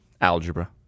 algebra